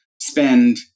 spend